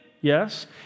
Yes